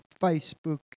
Facebook